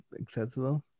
accessible